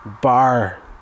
Bar